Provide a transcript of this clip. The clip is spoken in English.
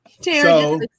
So-